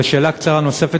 ושאלה קצרה נוספת,